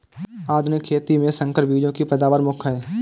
आधुनिक खेती में संकर बीजों की पैदावार मुख्य हैं